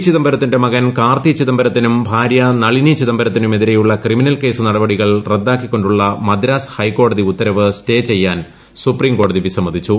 ചിദംബരത്തിന്റെ മകൻ കാർത്തി ചിദംബരത്തിനും ഭാര്യ നളിനി ചിദംബരത്തിനും എതിരെയുള്ള ക്രിമിനൽ കേസ് നടപടികൾ റദ്ദാക്കിക്കൊ ുള്ള മദ്രാസ് ഹൈക്കോടതി ഉത്തരവ് സ്റ്റേ ചെയ്യാൻ സുപ്രീം കോടതി വിസമ്മതിച്ചു